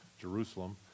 Jerusalem